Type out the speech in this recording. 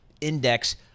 index